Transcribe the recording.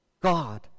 God